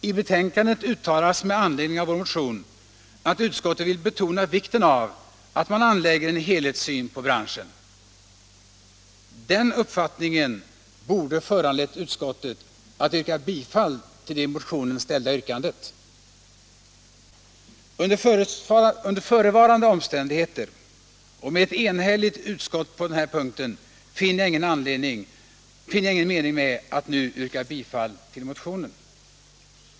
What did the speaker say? I be tänkandet uttalas med anledning av vår motion att utskottet vill betona vikten av att man anlägger en helhetssyn på branschen. Den uppfattningen borde ha föranlett utskottet att tillstyrka bifall till det i motionen ställda yrkandet. Under förevarande omständigheter och med ett enhälligt utskott på den här punkten finner jag ingen mening med att nu yrka bifall till motionen.